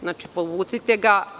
Znači, povucite ga.